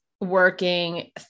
working